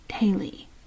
daily